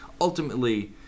ultimately